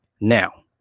Now